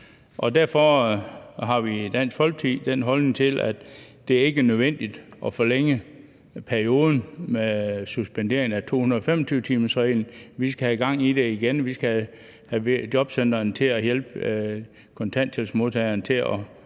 Derfor har vi i Dansk Folkeparti den holdning, at det ikke er nødvendigt at forlænge perioden med suspenderingen af 225-timersreglen. Vi skal have gang i det igen. Vi skal have jobcentrene til at hjælpe kontanthjælpsmodtagerne til at